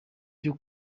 cyo